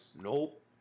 Nope